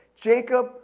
Jacob